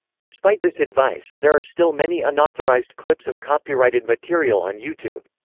despite this advice, there are still many unauthorized clips of copyrighted material on youtube.